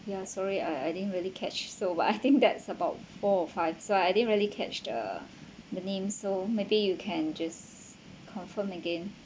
ya sorry I I didn't really catch so but I think that's about four or five so I didn't really catch the the name so maybe you can just confirm again